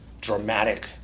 dramatic